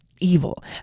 evil